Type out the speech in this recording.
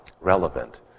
Relevant